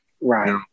Right